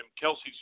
kelsey's